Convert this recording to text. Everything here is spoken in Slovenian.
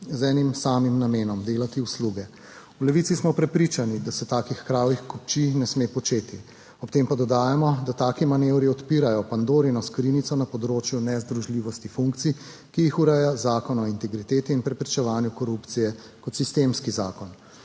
z enim samim namenom – delati usluge. V Levici smo prepričani, da se takih kravjih kupčij ne sme početi. Ob tem pa dodajamo, da taki manevri odpirajo Pandorino skrinjico na področju nezdružljivosti funkcij, ki jih ureja Zakon o integriteti in preprečevanju korupcije kot sistemski zakon.